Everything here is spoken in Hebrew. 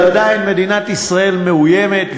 אבל עדיין מדינת ישראל מאוימת,